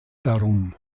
darum